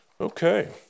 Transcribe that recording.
Okay